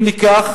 אם ניקח